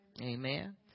Amen